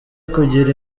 kugira